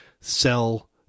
sell